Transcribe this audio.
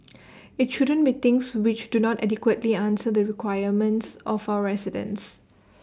IT shouldn't be things which do not adequately answer the requirements of our residents